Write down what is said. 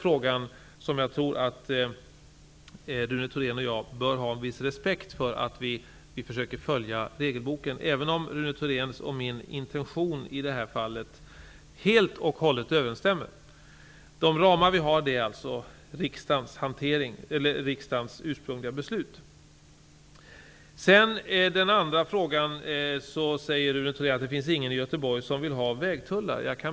Rune Thorén och jag bör ha viss respekt för att regelboken följs i den frågan även om Rune Thoréns och min intention i det här fallet överensstämmer helt och hållet. De ramar vi har är alltså riksdagens ursprungliga beslut. Sedan säger Rune Thorén att det inte finns någon i Göteborg som vill ha vägtullar.